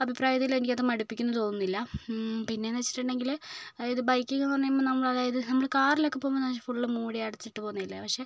അഭിപ്രായത്തില് എനിക്കത് മടുപ്പിക്കുമെന്ന് തോന്നുന്നില്ല പിന്നേന്ന് വെച്ചിട്ടുണ്ടെങ്കില് അതായത് ബൈക്കിങ്ങെന്ന് പറയുമ്പോൾ നമ്മള് അതായത് നമ്മള് കാറിലൊക്കെ പോകുമ്പോൾ നല്ല ഫുൾ മൂടി അടച്ചിട്ട് പോകുന്നതല്ലേ പക്ഷെ